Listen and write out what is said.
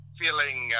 feeling